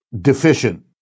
deficient